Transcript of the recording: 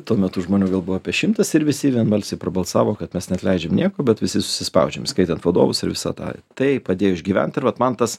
tuo metu žmonių gal buvo apie šimtas ir visi vienbalsiai prabalsavo kad mes neatleidžiame nieko bet visi susispaudžiam įskaitant vadovus ir visą tą tai padėjo išgyvent ir vat man tas